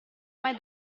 mai